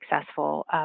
successful